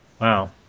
Wow